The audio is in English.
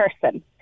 person